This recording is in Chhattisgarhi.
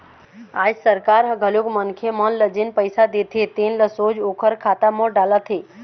आज सरकार ह घलोक मनखे मन ल जेन पइसा देथे तेन ल सोझ ओखर खाता म डालत हे